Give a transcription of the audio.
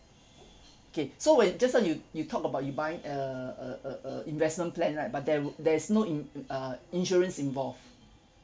okay so when just now you you talk about you buying uh uh uh uh investment plan right but there w~ there's no in uh insurance involved